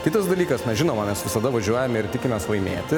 kitas dalykas na žinoma mes visada važiuojame ir tikimės laimėti